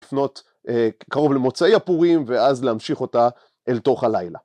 לפנות קרוב למוצאי הפורים ואז להמשיך אותה אל תוך הלילה.